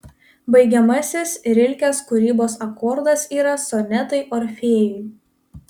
baigiamasis rilkės kūrybos akordas yra sonetai orfėjui